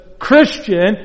Christian